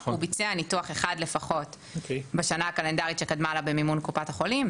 הוא ביצע ניתוח אחד לפחות בשנה הקלנדרית שקדמה לה במימון קופת החולים,